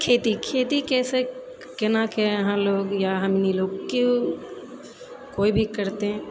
खेती खेतीके से केनाके अहाँ लोग या हमनी लोग किओ कोइ भी करतै